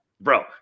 Bro